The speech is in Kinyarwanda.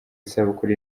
isabukuru